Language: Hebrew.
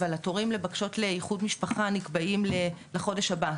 אבל התורים לבקשות לאיחוד משפחה נקבעים לחודש הבא,